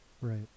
right